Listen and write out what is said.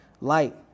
light